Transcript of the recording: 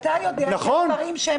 עברה הצעת חוק לפיזור הכנסת בקריאה טרומית,